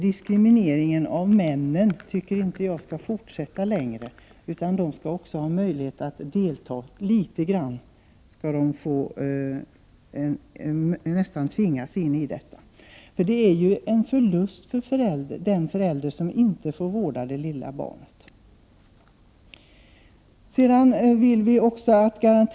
Diskrimineringen av männen skall inte fortsätta längre, utan de skall också ha möjlighet att delta — litet grand skall de nästan tvingas in i detta. Det är ju en förlust för den förälder som inte får vårda det lilla barnet.